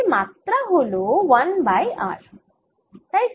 এর মাত্রা হল 1 বাই r